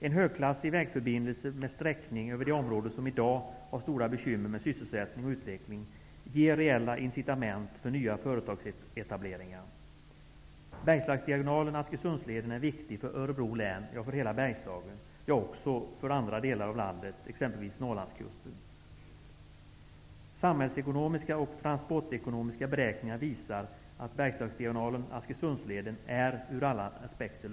En högklassig vägförbindelse med sträckning över de områden som i dag har stora bekymmer med sysselsättning och utveckling ger reella incitament för nya företagsetableringar. Bergslagsdiagonalen Askersundsleden är lönsam ur alla aspekter.